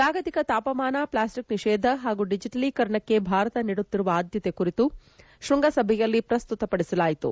ಜಾಗತಿಕ ತಾಪಮಾನ ಪ್ಲಾಸ್ಸಿಕ್ ನಿಷೇಧ ಹಾಗೂ ಡಿಜಿಟಲೀಕರಣಕ್ಕೆ ಭಾರತ ನೀಡುತ್ತಿರುವ ಆದ್ಬತೆಯ ಕುರಿತು ಶ್ವಂಗಸಭೆಯಲ್ಲಿ ಪ್ರಸ್ತುತ ಪಡಿಸಲಾಯಿತು